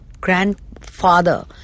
grandfather